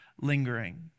lingering